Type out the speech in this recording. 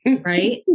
right